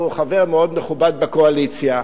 הוא חבר מאוד מכובד בקואליציה,